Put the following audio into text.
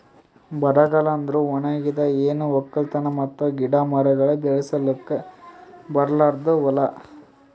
ಬರಗಾಲ ಅಂದುರ್ ಒಣಗಿದ್, ಏನು ಒಕ್ಕಲತನ ಮತ್ತ ಗಿಡ ಮರಗೊಳ್ ಬೆಳಸುಕ್ ಬರಲಾರ್ದು ಹೂಲಾ